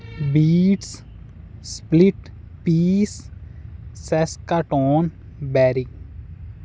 beats split peas Saskatoon berry